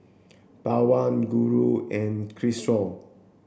Pawan Guru and Kishore